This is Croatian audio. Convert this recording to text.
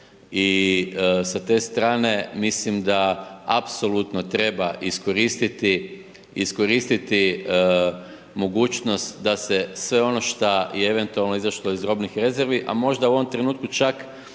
i sa te strane, mislim da apsolutno treba iskoristiti mogućnost da se sve ono što je eventualno izašlo iz robnih rezervi, a možda u ovom trenutku čak